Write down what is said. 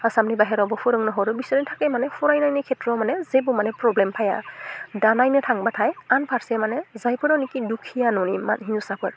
आसामनि बायहेरायावबो फोरोंनो हरो बिसोरनि थाखाय माने फरायनायनि खेथ्रआव माने जेबो माने प्रब्लेम फाइया दा नायनो थांबाथाय आनफारसे माने जायफोरानाखि दुखिया ननि मा हिंसाफोर